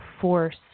force